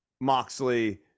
Moxley